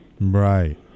Right